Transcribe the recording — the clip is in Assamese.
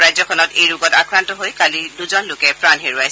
ৰাজ্যখনত এই ৰোগত আক্ৰান্ত হৈ কালি দুজন লোকে প্ৰাণ হেৰুৱায়